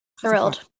Thrilled